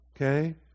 Okay